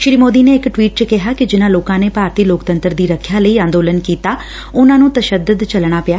ਸ੍ਰੀ ਮੋਦੀ ਨੇ ਇਕ ਟਵੀਟ ਚ ਕਿਹਾ ਕਿ ਜਿਨਾਂ ਲੋਕਾਂ ਨੇ ਭਾਰਤੀ ਲੋਕਤੰਤਰ ਦੀ ਰੱਖਿਆ ਲਈ ਅੰਦੋਲਨ ਕੀਤਾ ਉਨਾਂ ਨੂੰ ਤਸ਼ੱਦਦ ਝਲਣਾ ਪਿਆ